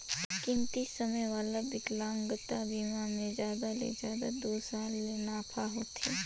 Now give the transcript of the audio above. कमती समे वाला बिकलांगता बिमा मे जादा ले जादा दू साल ले नाफा होथे